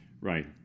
Right